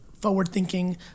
forward-thinking